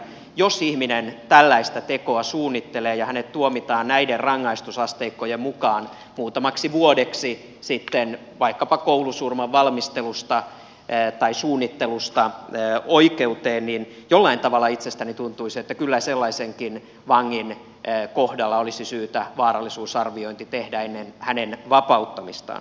jos ihminen tällaista tekoa suunnittelee ja hänet tuomitaan näiden rangaistusasteikkojen mukaan muutamaksi vuodeksi sitten vaikkapa koulusurman valmistelusta tai suunnittelusta vankeuteen niin jollain tavalla itsestäni tuntuisi että kyllä sellaisenkin vangin kohdalla olisi syytä vaarallisuusarviointi tehdä ennen hänen vapauttamistaan